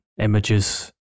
images